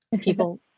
people